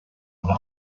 eine